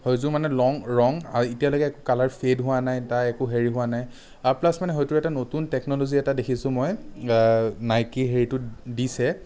সেইযোৰ মানে লং ৰং এতিয়ালৈকে কালাৰ ফেড হোৱা নাই তাৰ একো হেৰি হোৱা নাই আৰু প্লাছ মানে সেইটা এটা নতুন টেকন'লজি এটা দেখিছোঁ মই নাইকী হেৰিটোত দিছে